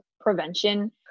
prevention